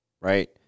right